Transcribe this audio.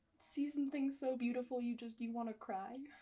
see something so beautiful you just you want to cry?